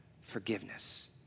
forgiveness